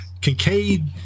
Kincaid